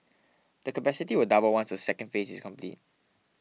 the capacity will double once the second phase is complete